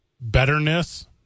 betterness